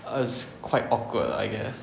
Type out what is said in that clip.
err it's quite awkward I guess